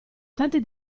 tanti